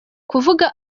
kuvuga